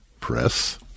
press